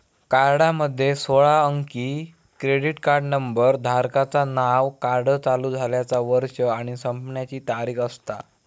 कार्डामध्ये सोळा अंकी क्रेडिट कार्ड नंबर, धारकाचा नाव, कार्ड चालू झाल्याचा वर्ष आणि संपण्याची तारीख असता